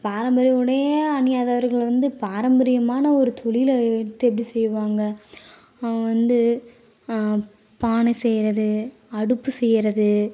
பாரம்பரிய உடையை அணியாதவர்கள் வந்து பாரம்பரியமான ஒரு தொழிலை எடுத்து எப்படி செய்வாங்க அவங்க வந்து பானை செய்கிறது அடுப்பு செய்கிறது